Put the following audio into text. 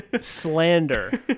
slander